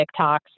TikToks